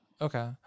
Okay